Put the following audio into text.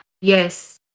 Yes